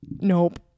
nope